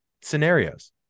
scenarios